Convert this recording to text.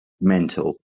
mental